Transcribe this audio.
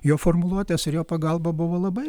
jo formuluotės ir jo pagalba buvo labai